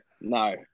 No